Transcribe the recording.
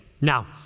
Now